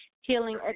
healing